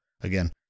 again